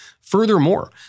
Furthermore